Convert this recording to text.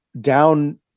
down